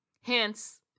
Hence